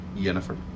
Jennifer